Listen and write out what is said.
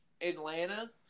atlanta